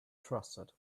trusted